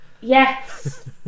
Yes